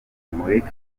mureke